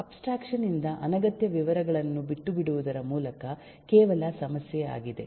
abstraction ಇಂದ ಅನಗತ್ಯ ವಿವರಗಳನ್ನು ಬಿಟ್ಟುಬಿಡುವುದರ ಮೂಲಕ ಕೇವಲ ಸಮಸ್ಯೆ ಆಗಿದೆ